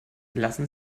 lassen